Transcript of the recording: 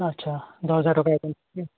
আচ্ছা দহ হাজাৰ টকা